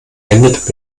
endet